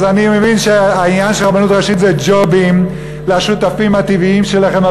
אז אני מבין שהעניין של הרבנות הראשית זה ג'ובים לשותפים הטבעיים שלכם,